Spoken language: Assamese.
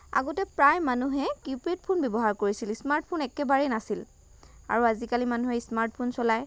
আগতে প্ৰায় মানুহে কি পেড ফোন ব্যৱহাৰ কৰিছিলে স্মাৰ্টফোন একেবাৰেই নাছিল আৰু আজিকালি মানুহে স্মাৰ্টফোন চলায়